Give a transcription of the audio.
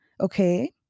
okay